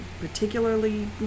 particularly